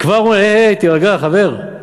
כבר אמרו: הי, הי, תירגע, חבר,